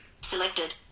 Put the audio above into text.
Selected